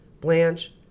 Blanche